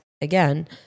again